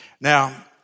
Now